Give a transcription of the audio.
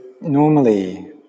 normally